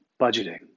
budgeting